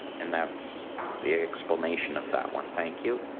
and that's the explanation of that one. thank you.